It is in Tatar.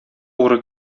угры